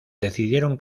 decidieron